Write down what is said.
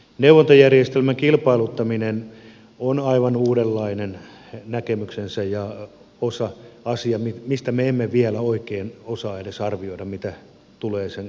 neuvontajärjestelmän kilpailuttaminen on aivan uudenlainen näkemyksensä emmekä me vielä oikein osaa edes arvioida mitä tulee sen kautta tapahtumaan